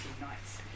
nights